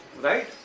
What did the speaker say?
right